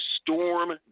storm